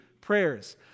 prayers